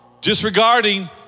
disregarding